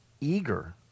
eager